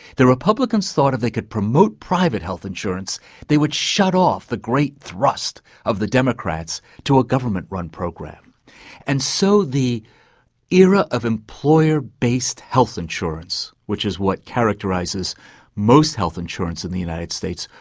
the republicans thought if they could promote private health insurance they would shut off the great thrust of the democrats to a government-run program. and so the era of employer based health insurance, which is what characterises most health insurance in the united states,